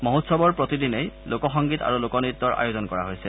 মহোৎসৱ প্ৰতিদিনেই লোকসংগীত আৰু লোকনৃত্যৰ আয়োজন কৰা হৈছে